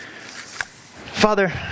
Father